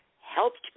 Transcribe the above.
helped